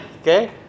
okay